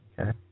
Okay